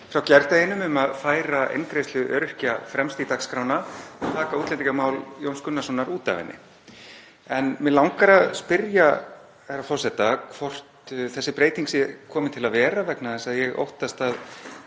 frá gærdeginum um að færa eingreiðslu öryrkja fremst í dagskrána og taka útlendingamál Jóns Gunnarssonar út af henni. En mig langar að spyrja herra forseta hvort þessi breyting sé komin til að vera vegna þess að ég óttast að